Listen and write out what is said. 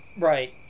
right